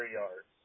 yards